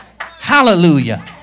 Hallelujah